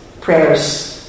prayers